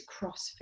CrossFit